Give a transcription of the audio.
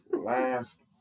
last